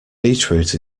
beetroot